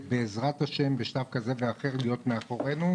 בעזרת השם בשלב כזה ואחר להיות מאחורינו,